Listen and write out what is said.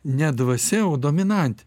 ne dvasia o dominantė